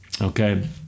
Okay